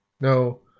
No